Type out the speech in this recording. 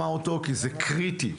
זה קריטי.